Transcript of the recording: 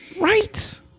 Right